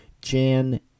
Jan